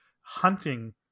hunting